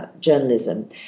journalism